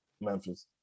Memphis